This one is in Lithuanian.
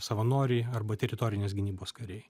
savanoriai arba teritorinės gynybos kariai